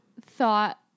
thought